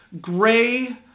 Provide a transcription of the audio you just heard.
gray